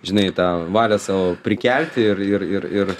žinai tą valią savo prikelti ir ir ir ir